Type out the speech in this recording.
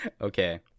Okay